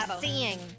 seeing